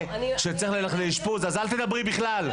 שצריך ללכת לאשפוז ------ אז אל תדברי בכלל.